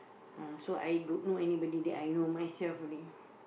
uh so I don't know anybody there I know myself only